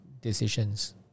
decisions